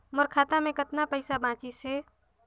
मोर खाता मे कतना पइसा बाचिस हे?